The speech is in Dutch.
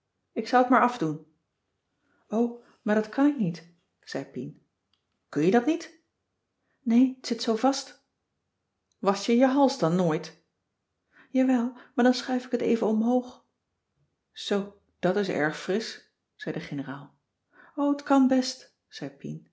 ik zou het maar afdoen o maar dat kan ik niet zei pien cissy van marxveldt de h b s tijd van joop ter heul kun je dat niet nee t zit zoo vast wasch jij je hals dan nooit jawel maar dan schuif ik het even omhoog zoo dat is erg frisch zei de generaal o t kan best